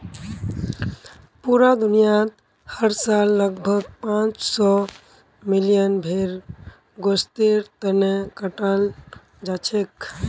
पूरा दुनियात हर साल लगभग पांच सौ मिलियन भेड़ गोस्तेर तने कटाल जाछेक